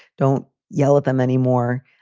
don't yell at them anymore.